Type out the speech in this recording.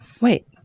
Wait